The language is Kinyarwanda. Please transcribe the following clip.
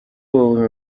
ubu